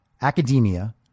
academia